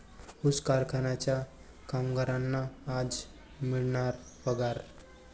ऊस कारखान्याच्या कामगारांना आज मिळणार पगार